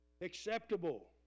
acceptable